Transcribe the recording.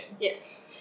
Yes